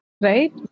right